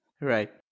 right